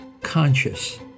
conscious